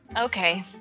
Okay